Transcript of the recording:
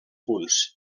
punts